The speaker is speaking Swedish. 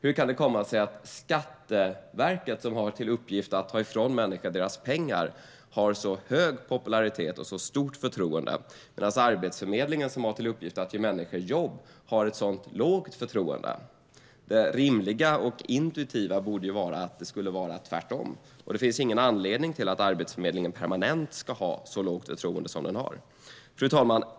Hur kan det komma sig att Skatteverket, som har till uppgift att ta ifrån människor deras pengar, har så hög popularitet och så stort förtroende, medan Arbetsförmedlingen som har till uppgift att ge människor jobb har ett så lågt förtroende? Det rimliga och intuitiva borde vara att det skulle vara tvärtom. Det finns ingen anledning att Arbetsförmedlingen permanent ska ha så lågt förtroende som den har. Fru talman!